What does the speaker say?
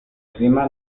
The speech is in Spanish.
clima